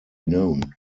known